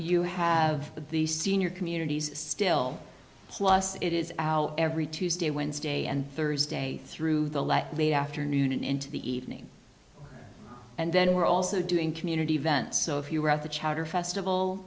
you have the senior communities still plus it is out every tuesday wednesday and thursday through the last late afternoon into the evening and then we're also doing community events so if you were at the chatter festival